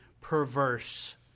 perverse